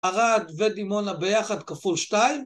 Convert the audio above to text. ערד ודימונה ביחד כפול שתיים.